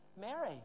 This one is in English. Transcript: Mary